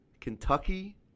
Kentucky